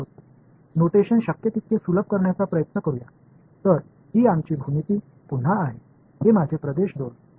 இப்போது நாம் 2 D சிக்கலைக் கையாள்வதால் குறியீட்டை முடிந்தவரை எளிமைப்படுத்த முயற்சிப்போம்